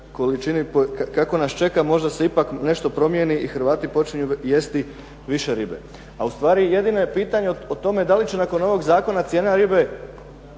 kako nas čeka možda se ipak nešto promijeni i Hrvati počnu jesti više ribe, a ustvari jedino je pitanje o tome da li će nakon ovog zakona cijena ribe